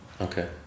Okay